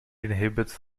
inhibits